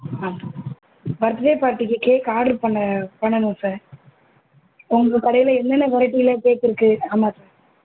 ஆ birthday பார்ட்டிக்கு cake order பண்ண பண்ணனும் சார் உங்க கடையில் என்னென்ன வெரைட்டியில் கேக் இருக்குது அது மாதிரி